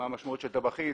מה המשמעות של טבחית.